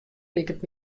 liket